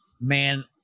man